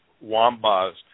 Wamba's